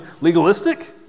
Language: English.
legalistic